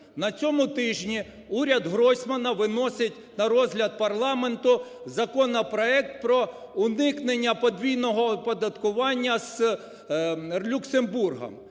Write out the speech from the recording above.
на цьому тижні уряд Гройсмана виносить на розгляд парламенту законопроект про уникнення подвійного оподаткування з Люксембургом.